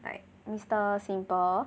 like mister simple